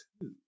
two